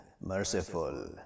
merciful